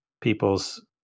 people's